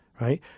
right